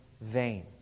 vain